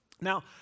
Now